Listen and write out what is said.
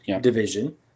Division